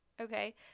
okay